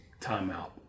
timeout